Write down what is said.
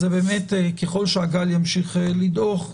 ככל שהגל ימשיך לדעוך,